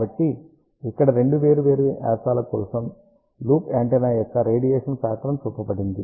కాబట్టి ఇక్కడ రెండు వేర్వేరు వ్యాసాల కోసం లూప్ యాంటెన్నా యొక్క రేడియేషన్ పాట్రన్ చూపబడింది